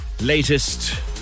latest